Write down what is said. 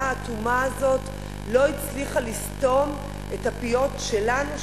האטומה הזאת לא הצליחו לסתום את הפיות שלנו,